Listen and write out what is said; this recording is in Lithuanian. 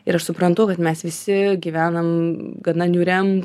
ir aš suprantu kad mes visi gyvenam gana niūriam